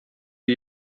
for